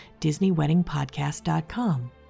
DisneyWeddingPodcast.com